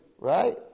right